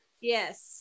yes